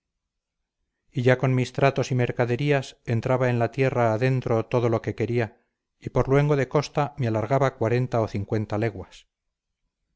y ya con mis tratos y mercaderías entraba en la tierra adentro todo lo que quería y por luengo de costa me alargaba cuarenta o cincuenta leguas